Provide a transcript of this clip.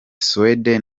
suède